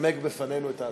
נמק בפנינו את ההצעה.